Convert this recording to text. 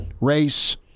race